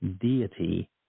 deity